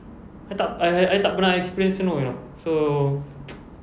I tak I I tak pernah experience snow you know so